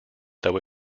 though